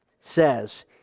says